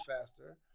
faster